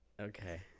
Okay